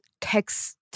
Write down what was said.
text